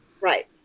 Right